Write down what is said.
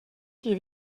qui